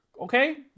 okay